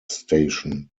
station